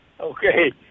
Okay